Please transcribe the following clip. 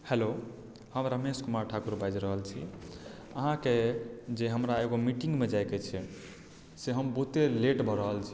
hello हम रमेश कुमार ठाकुर बाजि रहल छी अहाँके जे हमरा एगो मीटिंगमे जायके छै से हम बहुते लेट भऽ रहल छी